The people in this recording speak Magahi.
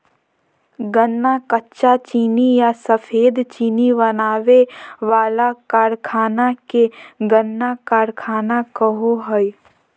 गन्ना कच्चा चीनी या सफेद चीनी बनावे वाला कारखाना के गन्ना कारखाना कहो हइ